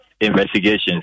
investigations